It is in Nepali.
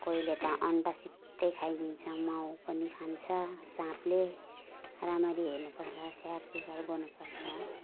कोहीले त अन्डासितै खाइदिन्छ माउ पनि खान्छ साँपले राम्ररी हेर्नु पर्छ स्याहार सुसार गर्नु पर्छ